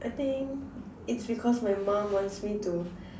I think it's because my mum wants me to